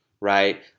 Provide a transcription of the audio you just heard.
right